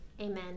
Amen